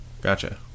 Gotcha